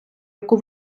яку